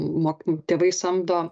mokinių tėvai samdo